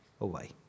away